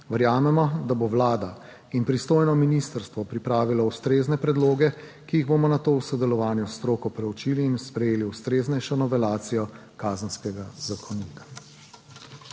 Verjamemo, da bosta vlada in pristojno ministrstvo pripravila ustrezne predloge, ki jih bomo nato v sodelovanju s stroko preučili in sprejeli ustreznejšo novelacijo Kazenskega zakonika.